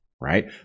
right